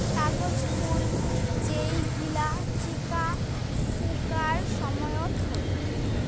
কাগজ ফুল যেই গিলা চিকা ফুঁকার সময়ত হই